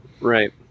Right